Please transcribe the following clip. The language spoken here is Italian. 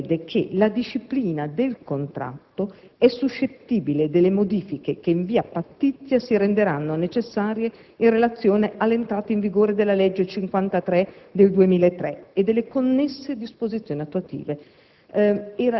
prevede che la disciplina contrattuale sia suscettibile delle modifiche che in via pattizia si renderanno necessarie in relazione all'entrata in vigore della legge n. 53 del 2003 e delle connesse disposizioni attuative.